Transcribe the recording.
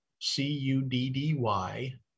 C-U-D-D-Y